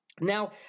Now